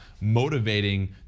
motivating